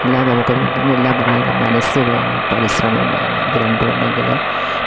അല്ലാ നമുക്കത് പറ്റുന്നില്ല പറയാനുള്ള മനസ്സ് വേണം പരിശ്രമം വേണം ഇത് രണ്ടും ഉണ്ടെങ്കിൽ